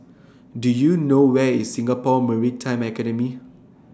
Do YOU know Where IS Singapore Maritime Academy